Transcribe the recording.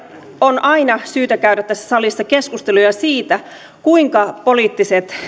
on aina syytä käydä tässä salissa keskusteluja siitä kuinka poliittiset